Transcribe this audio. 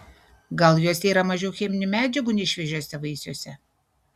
gal juose yra mažiau cheminių medžiagų nei šviežiuose vaisiuose